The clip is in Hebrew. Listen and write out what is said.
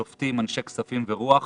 שופטים, אנשי כספים ורוח,